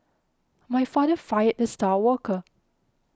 my father fired the star worker